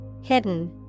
Hidden